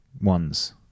ones